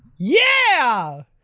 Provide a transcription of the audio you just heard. yeah!